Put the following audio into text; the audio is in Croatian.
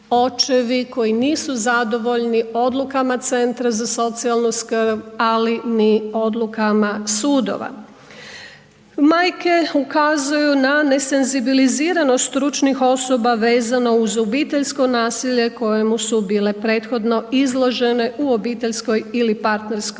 koji nisu zadovoljni odlukama CZSS-a, ali ni odlukama sudova. Majke ukazuju na nesenzibiliziranost stručnih osoba vezano uz obiteljsko nasilje kojemu su bile prethodno izložene u obiteljskoj ili partnerskoj